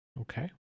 Okay